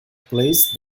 place